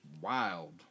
wild